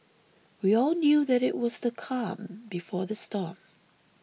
we all knew that it was the calm before the storm